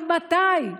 עד מתי?